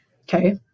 okay